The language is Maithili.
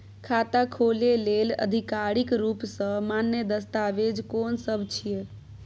खाता खोले लेल आधिकारिक रूप स मान्य दस्तावेज कोन सब छिए?